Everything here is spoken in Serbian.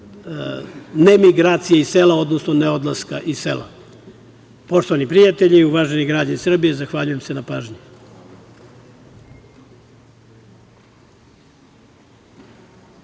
nemigracije iz sela, odnosno neodlaska iz sela. Poštovani prijatelji, uvaženi građani Srbije, zahvaljujem se na pažnji.